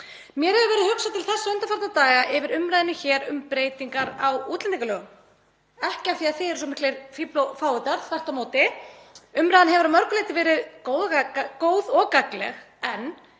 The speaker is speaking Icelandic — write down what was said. Mér hefur verið hugsað til þess undanfarna daga yfir umræðunni hér um breytingar á útlendingalögum, ekki af því að þið séuð svo mikil fífl og fávitar, þvert á móti, umræðan hefur að mörgu leyti verið góð og gagnleg, en